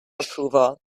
approval